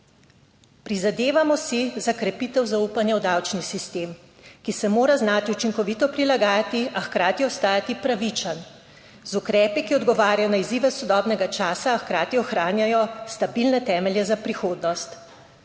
Prizadevamo si za krepitev zaupanja v davčni sistem, ki se mora znati učinkovito prilagajati, a hkrati ostati pravičen z ukrepi, ki odgovarjajo na izzive sodobnega časa, hkrati ohranjajo stabilne temelje za prihodnost.